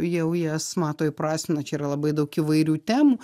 jau jas mato įprasmina čia yra labai daug įvairių temų